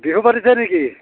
বিহু পাতিছে নেকি